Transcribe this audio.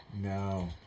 No